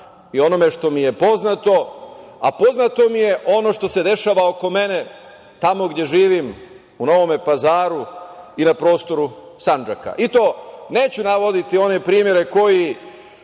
i onome što mi je poznato, a poznato mi je ono što se dešava oko mene tamo gde živim, u Novom Pazaru i na prostoru Sandžaka. Neću navoditi one primere koji